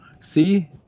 See